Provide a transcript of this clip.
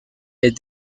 est